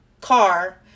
car